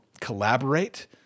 collaborate